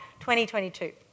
2022